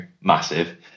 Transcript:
massive